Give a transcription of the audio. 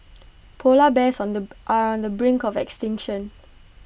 Polar Bears on the are on the brink of extinction